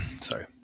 Sorry